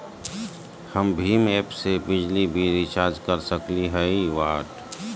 हम भीम ऐप से बिजली बिल रिचार्ज कर सकली हई?